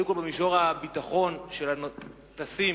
קודם כול במישור הביטחון של הטסים